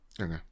Okay